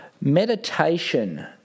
Meditation